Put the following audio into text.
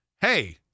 hey